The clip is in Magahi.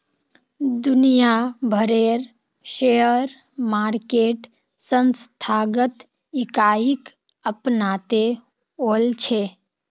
दुनिया भरेर शेयर मार्केट संस्थागत इकाईक अपनाते वॉल्छे